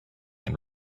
and